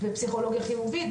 בפסיכולוגיה חיובית,